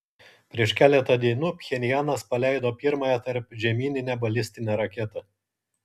prieš keletą dienų pchenjanas paleido pirmąją tarpžemyninę balistinę raketą